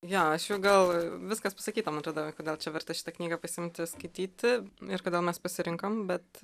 jo aš jau gal viskas pasakyta man atrodo kodėl čia verta šitą knygą pasiimti skaityti ir kodėl mes pasirinkom bet